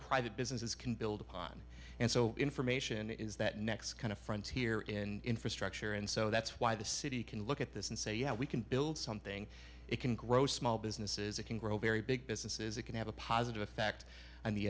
private businesses can build upon and so information is that next kind of frontier in infrastructure and so that's why the city can look at this and say yeah we can build something it can grow small businesses it can grow very big businesses it can have a positive effect on the